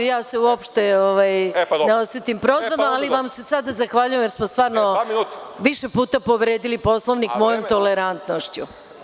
Ja se uopšte ne osetim prozvanom, ali vam se sada zahvaljujem jer smo zaista više puta povredili Poslovnik mojom tolerantnošću.